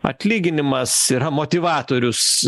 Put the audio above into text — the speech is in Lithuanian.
atlyginimas yra motyvatorius